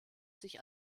sich